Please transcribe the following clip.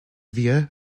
vieux